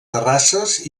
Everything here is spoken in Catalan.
terrasses